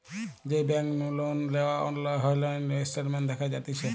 যেই বেংক নু লোন নেওয়া হয়অনলাইন স্টেটমেন্ট দেখা যাতিছে